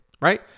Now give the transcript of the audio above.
right